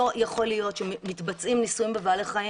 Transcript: לא יכול להיות שמתבצעים ניסויים בבעלי חיים